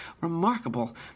remarkable